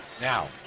Now